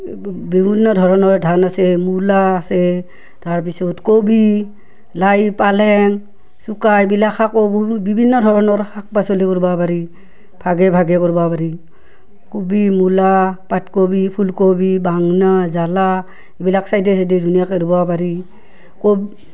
বিভিন্ন ধৰণৰ ধান আছে মূলা আছে তাৰ পিছত কবি লাই পালেং চুকা এইবিলাক শাকো বিভিন্ন ধৰণৰ শাক পাচলিও কৰিব পাৰি ভাগে ভাগে কৰিব পাৰি কবি মূলা পাতকবি ফুলকবি বেঙেনা জ্বালা এইবিলাক চাইডে চাইডে ধুনীয়াকৈ ৰোব পাৰি কব